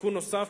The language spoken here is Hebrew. תיקון נוסף,